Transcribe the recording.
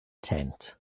tent